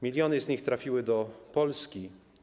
Miliony z nich trafiły do Polski.